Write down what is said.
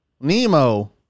Nemo